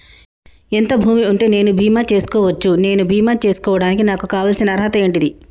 ఎంత భూమి ఉంటే నేను బీమా చేసుకోవచ్చు? నేను బీమా చేసుకోవడానికి నాకు కావాల్సిన అర్హత ఏంటిది?